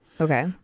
Okay